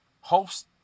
hopes